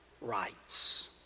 rights